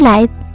Light